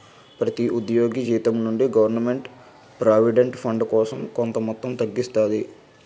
ప్రతి ఉద్యోగి జీతం నుండి గవర్నమెంట్ ప్రావిడెంట్ ఫండ్ కోసం కొంత మొత్తం తగ్గిస్తాది